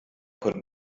konnten